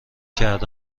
کرده